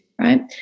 Right